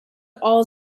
all